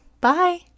Bye